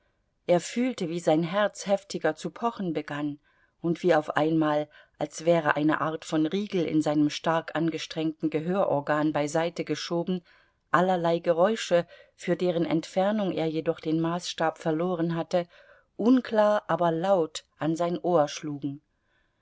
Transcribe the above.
er fühlte wie sein herz heftiger zu pochen begann und wie auf einmal als wäre eine art von riegel in seinem stark angestrengten gehörorgan beiseite geschoben allerlei geräusche für deren entfernung er jedoch den maßstab verloren hatte unklar aber laut an sein ohr schlugen